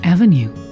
Avenue